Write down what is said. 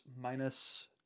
minus